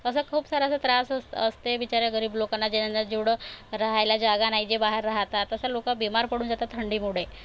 असं खूप सारं असं त्रास असं असते बिचाऱ्या गरीब लोकांना ज्यांना जेवढं रहायला जागा नाही जे बाहेर राहतात तसं लोकं बिमार पडून जातात थंडीमुळे